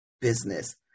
business